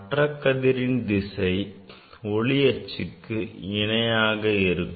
மற்ற கதிரின் திசை ஒளி அச்சுக்கு இணையாக இருக்கும்